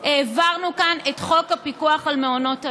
העברנו כאן את חוק הפיקוח על מעונות היום.